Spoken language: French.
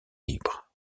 libre